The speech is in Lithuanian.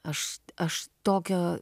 aš aš tokio